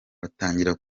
batangira